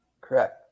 Correct